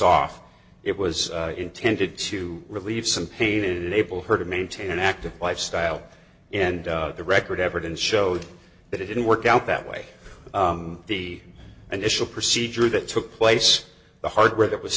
off it was intended to relieve some pain and enable her to maintain an active lifestyle and the record evidence showed that it didn't work out that way be an issue a procedure that took place the hardware that was